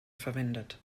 verwendet